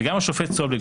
וגם השופט סולברג,